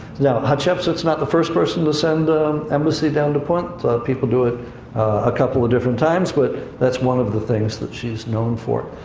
now, hatshepsut's not the first person to send an embassy down to punt, people do it a couple of different times, but that's one of the things that she's known for.